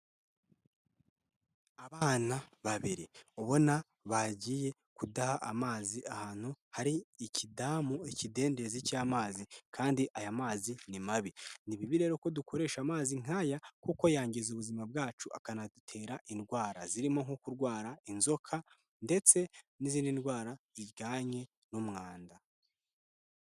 Abana babiri ubona bagiye kudaha amazi ahantu hari ikidamu, ikidendezi cy'amazi. Kandi aya mazi ni mabi, ni bibi rero ko dukoresha amazi nk'aya kuko yangiza ubuzima bwacu akanadutera indwara zirimo nko kurwara inzoka ndetse n'izindi ndwara zijyanye n'umwanda.